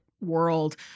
world